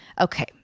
Okay